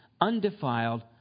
undefiled